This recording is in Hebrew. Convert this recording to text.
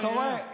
אתה רואה?